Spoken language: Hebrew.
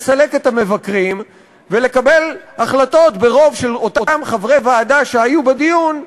לסלק את המבקרים ולקבל החלטות ברוב של אותם חברי ועדה שהיו בדיון,